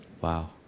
wow